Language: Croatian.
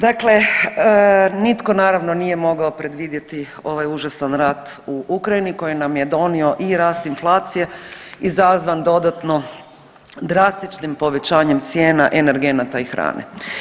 Dakle, nitko naravno nije mogao predvidjeti ovaj užasan rat u Ukrajini koji nam je donio i rast inflacije izazvan dodatno drastičnim povećanjem energenata i hrane.